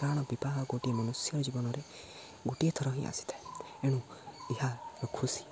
କାରଣ ବିବାହ ଗୋଟିଏ ମନୁଷ୍ୟ ଜୀବନରେ ଗୋଟିଏ ଥର ହିଁ ଆସିଥାଏ ଏଣୁ ଏହା ଏକ ଖୁସି